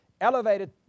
elevated